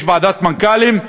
יש ועדת מנכ"לים,